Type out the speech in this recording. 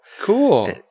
Cool